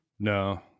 No